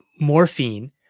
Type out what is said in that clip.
morphine